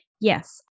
Yes